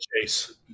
chase